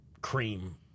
cream